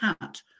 hat